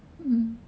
mm